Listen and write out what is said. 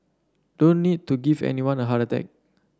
don't need to give anyone a heart attack